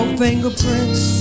fingerprints